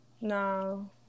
No